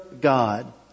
God